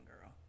girl